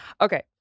Okay